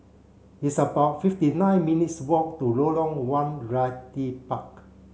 it's about fifty nine minutes' walk to Lorong one Realty Park